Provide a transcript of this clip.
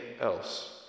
else